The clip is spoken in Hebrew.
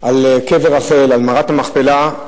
קבר רחל, על מערת המכפלה,